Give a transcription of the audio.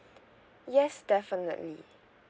yes definitely